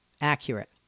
accurate